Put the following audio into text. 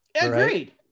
Agreed